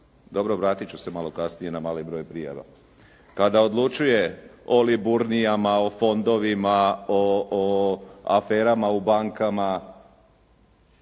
Dobro, vratit ću se malo kasnije na mali broj prijava. Kada odlučuje o Liburnijama, o fondovima, o aferama u bankama,